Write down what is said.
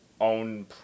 own